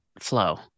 flow